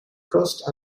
cost